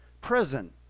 prison